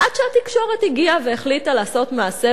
עד שהתקשורת הגיעה והחליטה לעשות מעשה